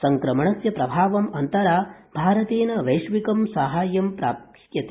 सङ्क्रमणस्य प्रभावम् अन्तरा भारतेन वैश्विकं साहाय्यं प्राप्यते